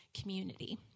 community